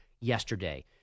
yesterday